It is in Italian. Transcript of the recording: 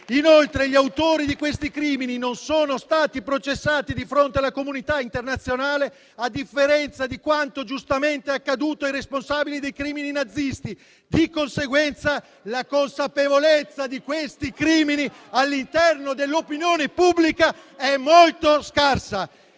Inoltre gli autori di questi crimini non sono stati processati di fronte alla comunità internazionale, a differenza di quanto giustamente è accaduto ai responsabili dei crimini nazisti. Di conseguenza, la consapevolezza di questi crimini all'interno dell'opinione pubblica è molto scarsa.